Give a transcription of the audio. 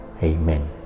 Amen